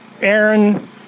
aaron